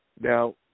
Now